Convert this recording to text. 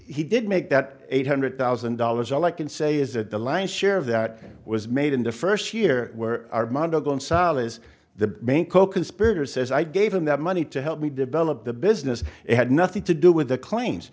he did make that eight hundred thousand dollars all i can say is that the lion's share of that was made in the first year where gonzales the main coconspirator says i gave him that money to help me develop the business it had nothing to do with the claims